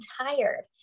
tired